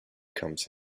comes